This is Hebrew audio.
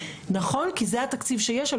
כי זה התקציב שיש,